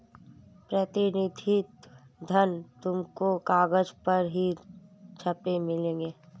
प्रतिनिधि धन तुमको कागज पर ही छपे मिलेंगे